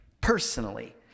personally